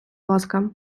ласка